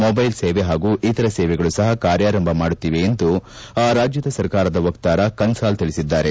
mobile ಸೇವೆ ಹಾಗೂ ಇತರ ಸೇವೆಗಳು ಸಹ ಕಾರ್ಯಾರಂಭ ಮಾಡುತ್ತಿವೆ ಎಂದು ರಾಜ್ಯ ಸರ್ಕಾರದ ವಕ್ತಾರ ಕನ್ಲಾಲ್ ತಿಳಿಸಿದ್ದಾರೆ